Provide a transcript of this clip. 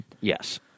Yes